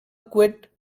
quit